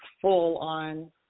full-on